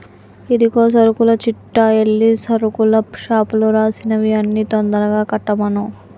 ఇదిగో సరుకుల చిట్టా ఎల్లి సరుకుల షాపులో రాసినవి అన్ని తొందరగా కట్టమను